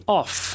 off